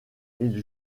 ils